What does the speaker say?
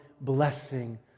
blessing